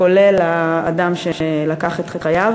כולל האדם שלקח את חייו